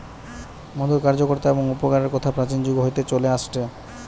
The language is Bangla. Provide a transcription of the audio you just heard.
মধুর কার্যকতা এবং উপকারের কথা প্রাচীন যুগ হইতে চলে আসেটে